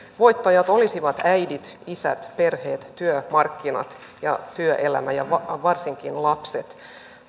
voittajia olisivat äidit isät perheet työmarkkinat ja työelämä ja varsinkin lapset